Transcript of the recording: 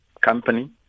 company